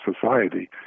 society